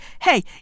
hey